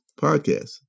podcast